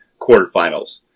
quarterfinals